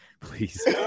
please